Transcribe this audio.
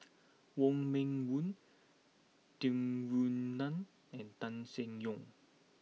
Wong Meng Voon Tung Yue Nang and Tan Seng Yong